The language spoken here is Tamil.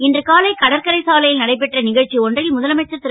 இன்று காலை கடற்கரை சாலை ல் நடைபெற்ற க ச்சி ஒன்றில் முதலமைச்சர் ரு